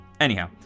Anyhow